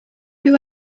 who